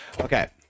Okay